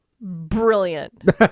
Brilliant